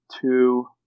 two